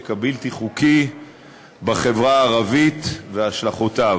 הבלתי-חוקי בחברה הערבית והשלכותיו.